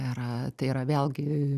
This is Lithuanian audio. ir tai yra vėlgi